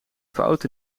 fout